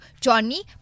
Johnny